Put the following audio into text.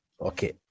Okay